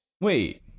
Wait